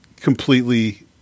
completely